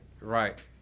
Right